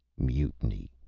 mutiny!